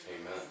Amen